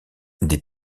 des